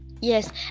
Yes